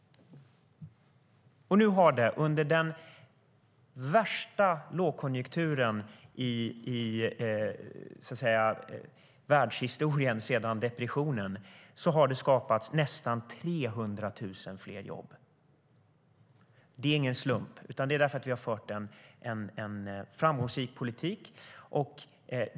Nu har det, under den värsta lågkonjunkturen i världshistorien sedan depressionen, skapats nästan 300 000 fler jobb. Det är ingen slump, utan det beror på att vi har fört en framgångsrik politik.